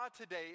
today